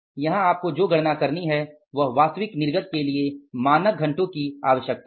यहां आपको जो गणना करनी है वह वास्तविक निर्गत के लिए मानक घंटों की आवश्यकता है